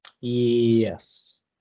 Yes